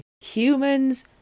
humans